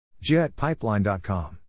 JetPipeline.com